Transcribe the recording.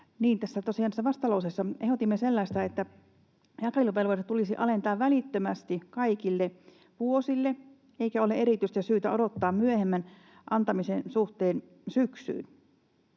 vastalauseessa ehdotimme sellaista, että jakeluvelvoite tulisi alentaa välittömästi kaikille vuosille, eikä ole erityistä syytä odottaa syksyyn myöhemmän antamisen suhteen.